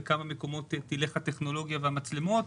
בכמה מקומות תלך הטכנולוגיה והמצלמות?